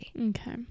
Okay